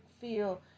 feel